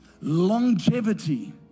longevity